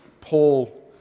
Paul